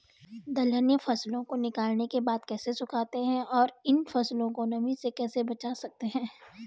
दलहनी फसलों को निकालने के बाद कैसे सुखाते हैं और इन फसलों को नमी से कैसे बचा सकते हैं?